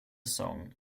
song